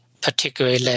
particularly